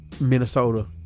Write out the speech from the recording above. Minnesota